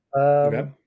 Okay